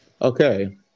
Okay